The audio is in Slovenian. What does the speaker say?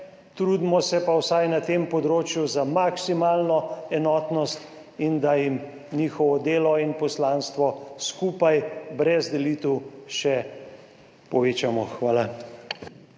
Trudimo se pa vsaj na tem področju za maksimalno enotnost in da jim njihovo delo in poslanstvo skupaj brez delitev še povečamo. Hvala.